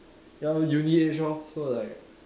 ya lor uni age lor so like